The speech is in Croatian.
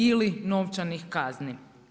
ili novčanih kazni.